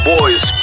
Boys